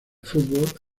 fútbol